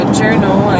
journal